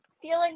Feeling